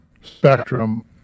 spectrum